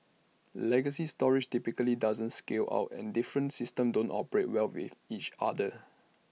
legacy storage typically doesn't scale out and different systems don't operate well with each other